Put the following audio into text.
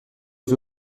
aux